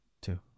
two